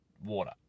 water